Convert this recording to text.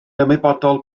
ymwybodol